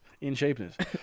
In-shapeness